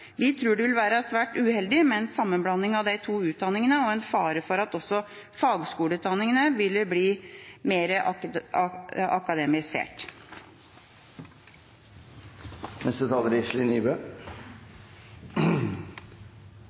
Vi tror det vil være svært uheldig med en sammenblanding av de to utdanningene, og at det er en fare for at også fagskoleutdanningene ville blitt mer akademisert.